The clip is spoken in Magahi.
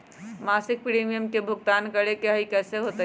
मासिक प्रीमियम के भुगतान करे के हई कैसे होतई?